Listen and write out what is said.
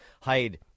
Hide